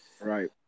Right